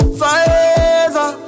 forever